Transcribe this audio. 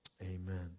Amen